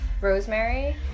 rosemary